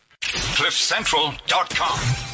CliffCentral.com